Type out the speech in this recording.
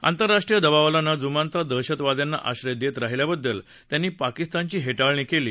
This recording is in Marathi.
आंतरराष्ट्रीय दबावाला न जुमानता दहशतवाद्यांना आश्रय देत राहिल्याबद्दल त्यांनी पाकिस्तानची हेटाळणी केली